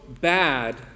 bad